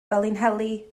felinheli